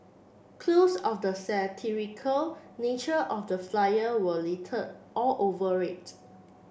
clues of the satirical nature of the flyer were littered all over it